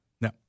No